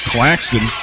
Claxton